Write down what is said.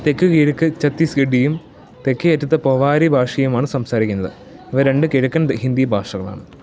തെക്കുകിഴക്ക് ഛത്തീസ്ഗഢിയും തെക്കേയറ്റത്ത് പൊവാരി ഭാഷയുമാണ് സംസാരിക്കുന്നത് ഇവ രണ്ടും കിഴക്കൻ ഹിന്ദി ഭാഷകളാണ്